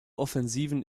offensiven